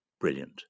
brilliant